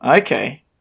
okay